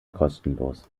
kostenlos